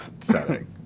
setting